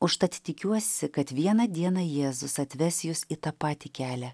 užtat tikiuosi kad vieną dieną jėzus atves jus į tą patį kelią